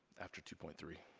after two point three?